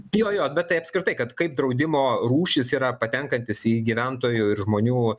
jo bet tai apskritai kad kai draudimo rūšys yra patenkantys į gyventojų ir žmonių